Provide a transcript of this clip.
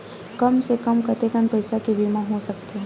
कम से कम कतेकन पईसा के बीमा हो सकथे?